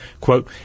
Quote